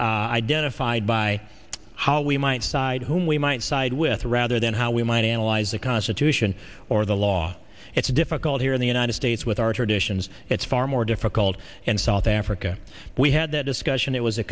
identified by how we might decide whom we might side with rather than how we might analyze the constitution or the law it's difficult here in the united states with our traditions it's far more difficult in south africa we had that discussion it was a